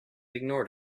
ignored